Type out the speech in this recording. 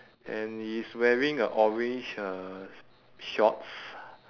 and he is wearing a orange uh shorts